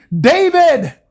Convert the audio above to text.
David